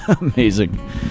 amazing